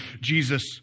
Jesus